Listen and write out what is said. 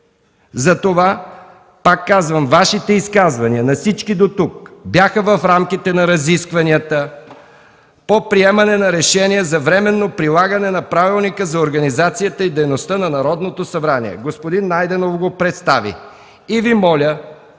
за тези процедури! Вашите изказвания, на всички дотук, бяха в рамките на разискванията по приемане на Решение за временно прилагане на Правилника за организацията и дейността на Народното събрание. Господин Найденов го представи. Моля,